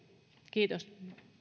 kiitos